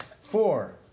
four